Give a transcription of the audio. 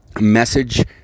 message